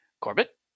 Corbett